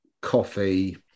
coffee